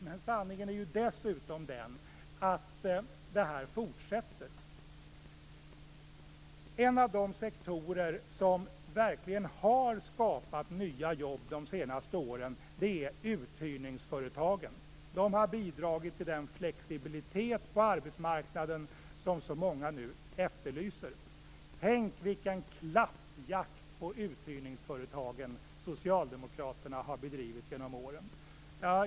Men sanningen är ju dessutom den att det här fortsätter. En av de sektorer där det verkligen har skapats nya jobb de senaste åren är uthyrningsföretagen. De har bidragit till den flexibilitet på arbetsmarknaden som så många nu efterlyser. Tänk vilken klappjakt på uthyrningsföretagen socialdemokraterna har bedrivit genom åren!